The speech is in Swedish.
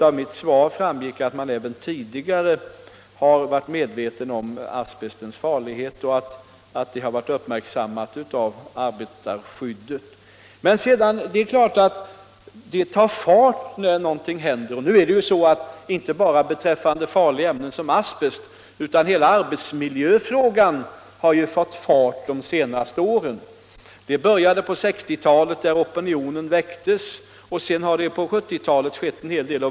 Av mitt svar framgick att man även tidigare har varit medveten om asbestens farlighet och att den har uppmärksammats av Det är emellertid klart att aktiviteten tar fart när någonting händer. Inte bara frågan om farliga ämnen, som asbest, utan hela arbetsmil frågan har ju fått fart de senaste åren. Det började på 1960-talet när opinionen väcktes, och sedan har det på 1970-talet skett en hel del.